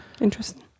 Interesting